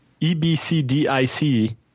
EBCDIC